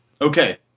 Okay